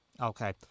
Okay